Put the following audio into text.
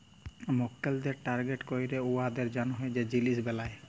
মক্কেলদের টার্গেট ক্যইরে উয়াদের জ্যনহে যে জিলিস বেলায়